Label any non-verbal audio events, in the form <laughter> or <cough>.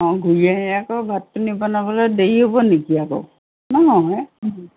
অঁ ঘূৰি আহি আকৌ ভাত পানী বনাবলৈ দেৰি হ'ব নেকি আকৌ <unintelligible>